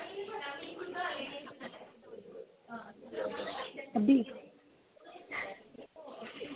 जी